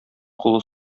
кулы